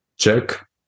check